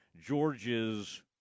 George's